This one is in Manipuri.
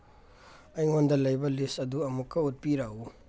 ꯑꯩꯉꯣꯟꯗ ꯂꯩꯕ ꯂꯤꯁ ꯑꯗꯨ ꯑꯃꯨꯛꯀ ꯎꯠꯄꯤꯔꯛꯎ